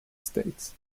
states